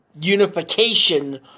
unification